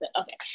okay